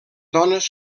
dones